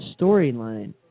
storyline